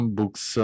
books